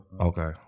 Okay